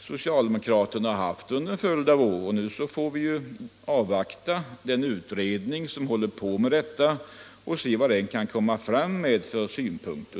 socialdemokraterna haft under en följd av år, och nu får vi avvakta den utredning som håller på med detta och se vad den kan komma med för synpunkter.